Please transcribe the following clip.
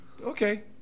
okay